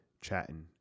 chatting